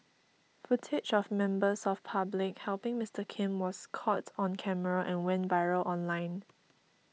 footage of members of public helping Mister Kim was caught on camera and went viral online